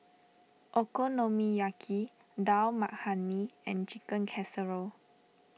Okonomiyaki Dal Makhani and Chicken Casserole